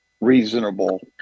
reasonable